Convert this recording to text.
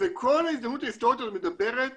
וכל ההזדמנות ההסטורית הזאת מדברת